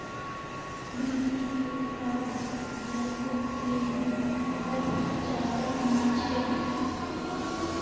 BPL card धारकों गेहूं और चावल मिल छे